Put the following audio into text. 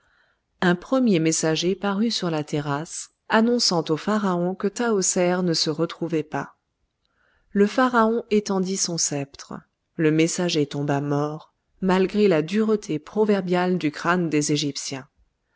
un premier messager parut sur la terrasse annonçant au pharaon que tahoser ne se retrouvait pas le pharaon étendit son sceptre le messager tomba mort malgré la dureté proverbiale du crâne des égyptiens